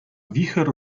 wicher